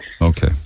Okay